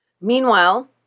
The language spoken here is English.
Meanwhile